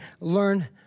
learn